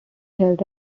health